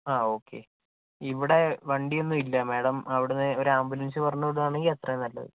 ആ ഓക്കെ ഇവിടെ വണ്ടിയൊന്നുമില്ല മാഡം അവിടുന്ന് ഒരാമ്പുലൻസ് പറഞ്ഞ് വിടുവാണെങ്കിൽ അത്രേം നല്ലത്